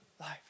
life